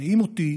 ומשכנעים אותי